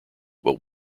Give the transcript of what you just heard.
what